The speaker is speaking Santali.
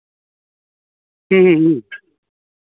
ᱦᱮᱸ ᱦᱮᱸ